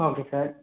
okay sir